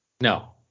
No